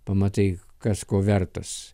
pamatai kas ko vertas